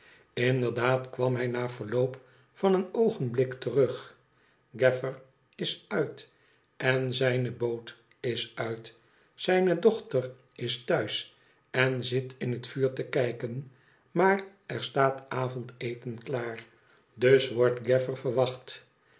inderdaad kwam hij na verloop van een oogenblik terug igaffer is uit en zijne boot is uit zijne dochter is thuis en zit in het vuur te kijken maar er staat avondeten klaar dus wordt gaffer verwacht